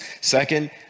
Second